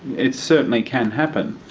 it certainly can happen.